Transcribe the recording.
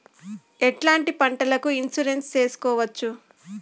ఎట్లాంటి పంటలకు ఇన్సూరెన్సు చేసుకోవచ్చు?